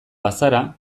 bazara